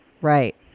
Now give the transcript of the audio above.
Right